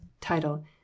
Title